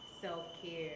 self-care